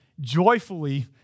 joyfully